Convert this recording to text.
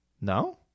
No